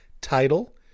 title